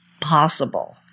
possible